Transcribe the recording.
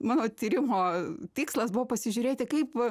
mano tyrimo tikslas buvo pasižiūrėti kaip